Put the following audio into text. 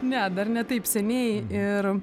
ne dar ne taip seniai ir